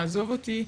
יעזוב אותי.